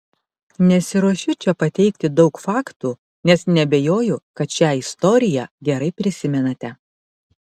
nesiruošiu čia pateikti daug faktų nes neabejoju kad šią istoriją gerai prisimenate